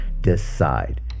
Decide